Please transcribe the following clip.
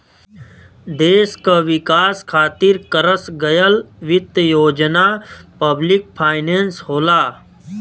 देश क विकास खातिर करस गयल वित्त योजना पब्लिक फाइनेंस होला